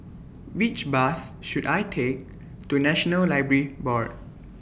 Which Bus should I Take to National Library Board